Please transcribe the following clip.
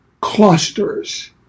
clusters